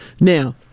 now